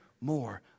more